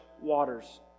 waters